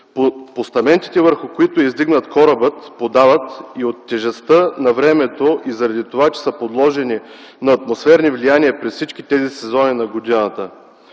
Постаментите, върху които е издигнат корабът, подават и от тежестта на времето, и заради това, че са подложени на атмосферни влияния през всичките сезони на годината.